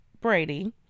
Brady